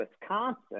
Wisconsin